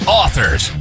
authors